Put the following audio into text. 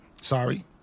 Sorry